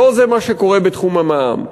לא זה מה שקורה בתחום המע"מ.